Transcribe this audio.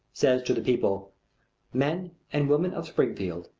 says to the people men and women of springfield,